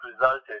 resulted